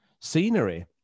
scenery